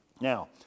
Now